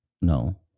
No